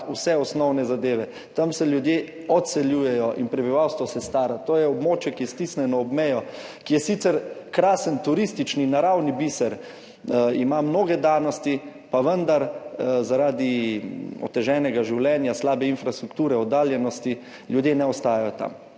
vse osnovne zadeve. Od tam se ljudje odseljujejo in prebivalstvo se stara. To je območje, ki je stisnjeno ob mejo, ki je sicer krasen turistični, naravni biser, ima mnoge danosti, pa vendar zaradi oteženega življenja, slabe infrastrukture, oddaljenosti ljudje ne ostajajo tam.